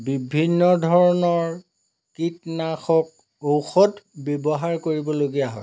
বিভিন্ন ধৰণৰ কীটনাশক ঔষধ ব্যৱহাৰ কৰিবলগীয়া হয়